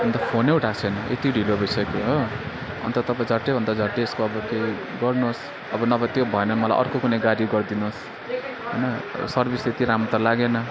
अन्त फोनै उठाएको छैन यति ढिलो भइसक्यो हो अन्त तपाईँ झट्टैभन्दा झट्टै यसको अब केही गर्नुहोस् अब नभए त्यो भएन मलाई अर्को कुनै गाडी गरिदिनुहोस् होइन सर्भिस त्यति राम्रो त लागेन